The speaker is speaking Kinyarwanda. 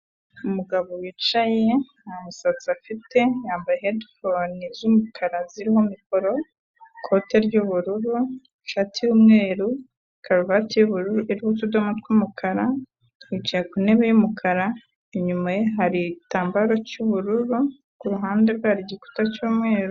Umugabo wicaye ntamusatsi afite, yambaye hedifone z'umukara ziriho mikoro, ikote ry'ubururu, ishati y'umweru, karuvati y'ubururu iriho utudomo tw'umukara, yicaye ku ntebe y'umukara, inyuma ye hari igitambaro cy'ubururu, ku ruhande rwe igikuta cy'umweru.